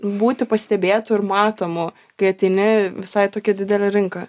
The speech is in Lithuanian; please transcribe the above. būti pastebėtu ir matomu kai ateini visai tokia didelė rinka